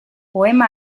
poema